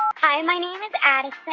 hi, my name is addison.